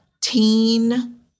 teen